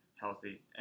healthy